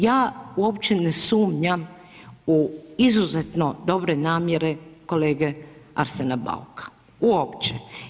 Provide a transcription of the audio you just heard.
Ja uopće ne sumnjam u izuzetno dobre namjere kolege Arsena Bauka, uopće.